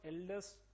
eldest